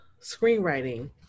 screenwriting